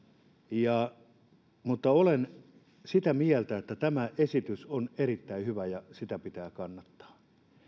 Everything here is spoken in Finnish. mutta olen sitä mieltä että tämä esitys on erittäin hyvä ja sitä pitää kannattaa